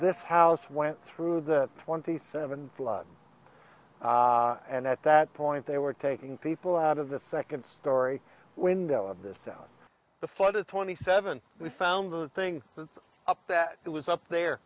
this house went through the twenty seven flood and at that point they were taking people out of the second story window of this house the flood of twenty seven we found the thing up that it was up there